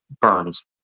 burns